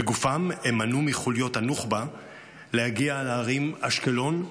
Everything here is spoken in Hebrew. בגופם הם מנעו מחוליות הנוח'בה להגיע לערים אשקלון,